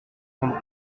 rendre